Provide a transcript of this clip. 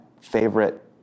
favorite